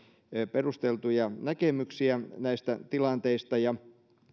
perusteltuja näkemyksiä näistä tilanteista ja